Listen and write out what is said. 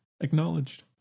Acknowledged